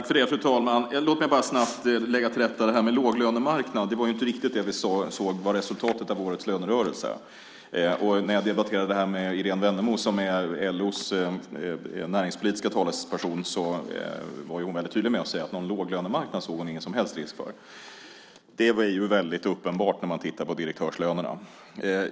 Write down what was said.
Fru talman! Låt mig först lägga till rätta i fråga om låglönemarknad. Det var ju inte riktigt det vi såg var resultatet av årets lönerörelse. När jag debatterade detta med Irene Wennemo som är LO:s näringspolitiska talesperson var hon väldigt tydlig med att säga att någon låglönemarknad såg hon ingen som helst risk för. Det är ju väldigt uppenbart när man tittar på direktörslönerna.